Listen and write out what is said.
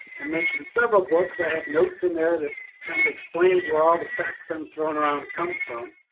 and mentioned several books, i had notes in there that kind of explains where all the facts i'm throwing around come from.